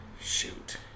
Shoot